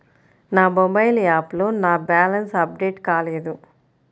నా మొబైల్ యాప్లో నా బ్యాలెన్స్ అప్డేట్ కాలేదు